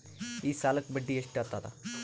ಈ ಸಾಲಕ್ಕ ಬಡ್ಡಿ ಎಷ್ಟ ಹತ್ತದ?